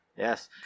Yes